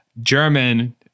German